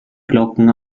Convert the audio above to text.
glocken